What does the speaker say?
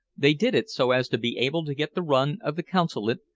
they did it so as to be able to get the run of the consulate,